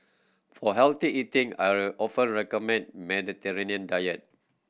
for healthy eating I often recommend Mediterranean diet